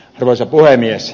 arvoisa puhemies